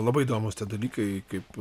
labai įdomūs tie dalykai kaip